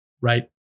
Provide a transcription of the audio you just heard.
Right